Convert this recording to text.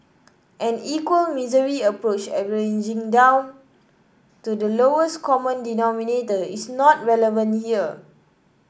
an equal misery approach averaging down to the lowest common denominator is not relevant here